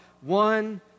one